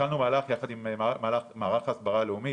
התחלנו מהלך יחד עם מערך ההסברה הלאומי,